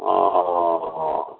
हँ हँ हँ